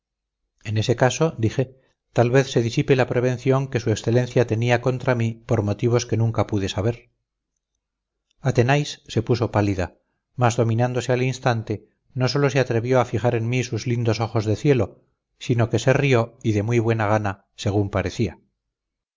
en ese caso dije tal vez se disipe la prevención que su excelencia tenía contra mí por motivos que nunca pude saber athenais se puso pálida mas dominándose al instante no sólo se atrevió a fijar en mí sus lindos ojos de cielo sino que se rió y de muy buena gana según parecía